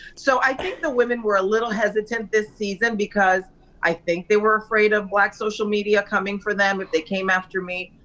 so i think the women were a little hesitant this season because i think they were afraid of black social media coming for them if they came after me,